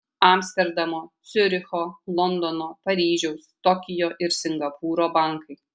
amsterdamo ciuricho londono paryžiaus tokijo ir singapūro bankai